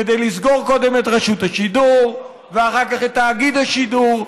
כדי לסגור קודם את רשות השידור ואחר כך את תאגיד השידור,